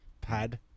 pad